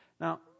Now